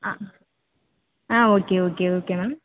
ஆ ஆ okay okay okay ma'am